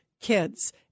kids